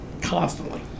constantly